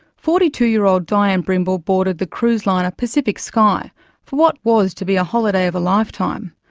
forty two year old dianne brimble boarded the cruise liner pacific sky for what was to be a holiday of a lifetime.